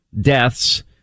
deaths